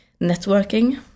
Networking